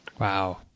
Wow